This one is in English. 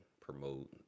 promote